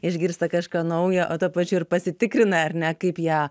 išgirsta kažką naujo o tuo pačiu ir pasitikrina ar ne kaip jie